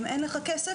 אם אין לך כסף,